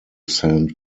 saint